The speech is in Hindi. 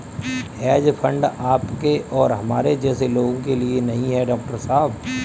हेज फंड आपके और हमारे जैसे लोगों के लिए नहीं है, डॉक्टर साहब